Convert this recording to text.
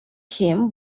him